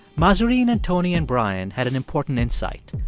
mahzarin and tony and brian had an important insight.